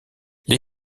les